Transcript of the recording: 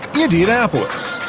indianapolis,